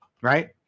right